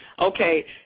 Okay